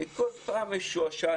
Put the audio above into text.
אני כל פעם משועשע.